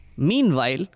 Meanwhile